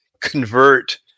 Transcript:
Convert